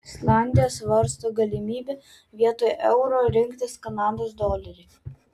islandija svarsto galimybę vietoj euro rinktis kanados dolerį